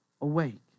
awake